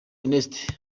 ernest